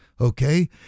okay